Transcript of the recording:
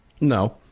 No